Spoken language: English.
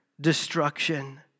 destruction